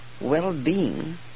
well-being